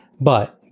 But-